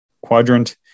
quadrant